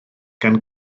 gan